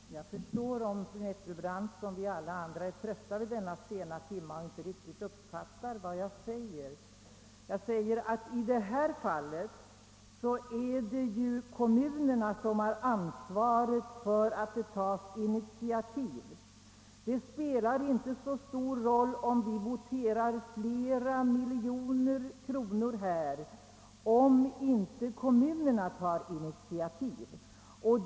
Herr talman! Jag förstår att fru Nettelbrandt som vi andra kan vara trött vid denna sena timme och därför inte riktigt uppfattar vad jag säger. I det här fallet har ju kommunerna ansvaret för att det tas initiativ. Det spelar inte så stor roll om vi här voterar fram flera miljoner kronor om inte kommunerna tar initiativ till byggande av daghem.